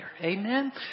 Amen